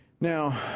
Now